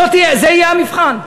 זה יהיה המבחן.